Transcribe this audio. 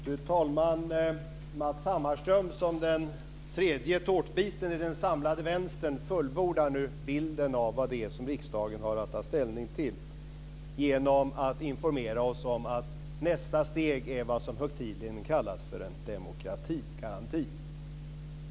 Fru talman! Matz Hammarström som den tredje tårtbiten i den samlade vänstern fullbordar nu bilden av vad det är som riksdagen har att ta ställning till genom att informera oss om att nästa steg är vad som högtidligen kallas för en demokratigaranti.